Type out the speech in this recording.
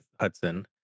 Hudson